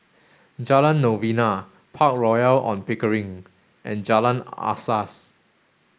Jalan Novena Park Royal On Pickering and Jalan Asas